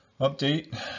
update